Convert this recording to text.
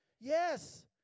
Yes